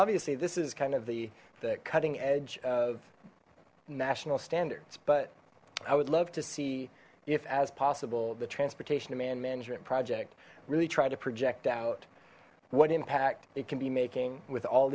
obviously this is kind of the cutting edge of national standards but i would love to see if as possible the transportation demand management project really try to project out what impact it can be making with all